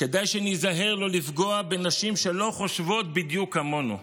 כדאי שניזהר לא לפגוע בנשים שלא חושבות בדיוק כמונו.